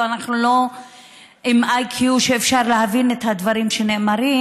אנחנו לא עם IQ שמאפשר להבין את הדברים שנאמרים,